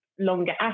longer